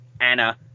Anna